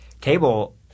Cable